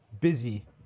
busy